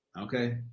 okay